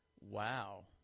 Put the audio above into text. Wow